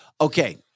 Okay